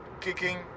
kicking